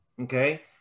okay